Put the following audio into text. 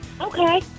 Okay